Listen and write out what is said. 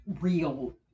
real